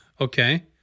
Okay